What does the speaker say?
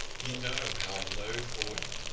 you know how i loathe boarding.